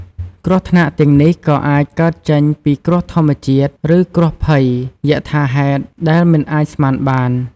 គ្រោះថ្នាក់ទាំងនេះក៏អាចកើតចេញពីគ្រោះធម្មជាតិ ឬគ្រោះភ័យយថាហេតុដែលមិនអាចស្មានបាន។